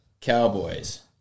Cowboys